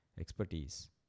expertise